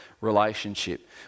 relationship